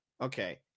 Okay